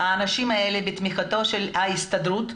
האנשים האלה בתמיכת ההסתדרות,